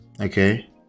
okay